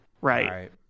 right